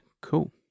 cool